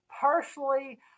Personally